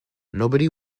nobody